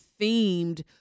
themed